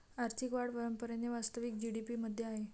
आर्थिक वाढ परंपरेने वास्तविक जी.डी.पी मध्ये आहे